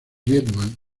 riemann